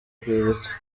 rwibutso